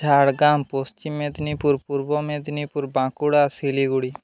Jhargram Paschim Medinipur Purba Medinipur Bankura Siliguri